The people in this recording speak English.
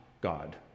God